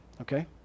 Okay